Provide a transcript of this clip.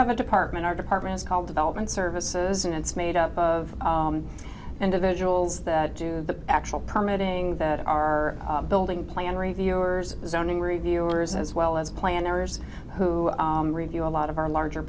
have a department our department is called development services and it's made up of individuals that do the actual promoting that are building plan reviewers zoning reviewers as well as planners who review a lot of our larger